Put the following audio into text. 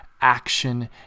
action